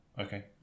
Okay